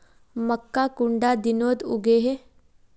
मक्का कुंडा दिनोत उगैहे?